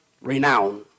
renown